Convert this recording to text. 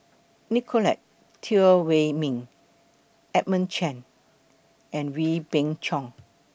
Nicolette Teo Wei Min Edmund Chen and Wee Beng Chong